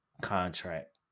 contract